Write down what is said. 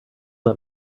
let